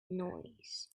noise